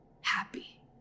happy